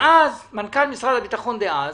אז מנכ"ל משרד הביטחון דאז